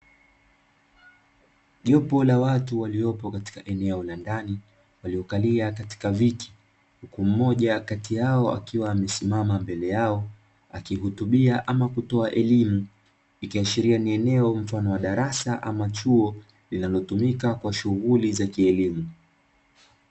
Jopo la watu waliopo katika eneo la ndani waliokalia katika viti, huku mmoja kati yao akiwa amesimama mbele yao akihutubia ama kutoa elimu, ikiashiria ni eneo mfano wa darasa ama chuo linalotumika kwa shghuli za kielimu.